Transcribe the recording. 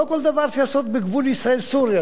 לא כל דבר צריך לעשות בגבול ישראל סוריה,